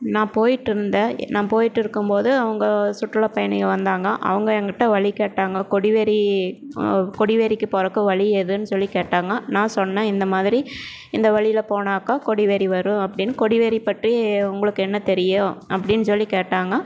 நான் போய்விட்டு இருந்தேன் நான் போய்விட்டு இருக்கும்போது அவங்க சுற்றுலா பயணிகள் வந்தாங்க அவங்க என் கிட்டே வழி கேட்டாங்க கொடிவேரி கொடிவேரிக்கு போகிறக்கு வழி ஏதுன்னு சொல்லிக்கேட்டாங்க நான் சொன்னேன் இந்தமாதிரி இந்த வழில போனாக்கால் கொடிவேரி வரும் அப்படின்னு கொடிவேரி பற்றி உங்களுக்கு என்ன தெரியும் அப்படின்னு சொல்லிக் கேட்டாங்க